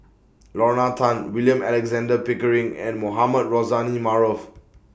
Lorna Tan William Alexander Pickering and Mohamed Rozani Maarof